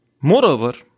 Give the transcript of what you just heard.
Moreover